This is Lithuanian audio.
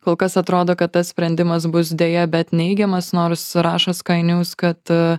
kol kas atrodo kad tas sprendimas bus deja bet neigiamas nors rašo sky news kad